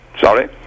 Sorry